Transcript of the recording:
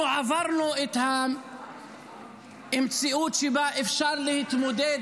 אנחנו עברנו את המציאות שבה אפשר להתמודד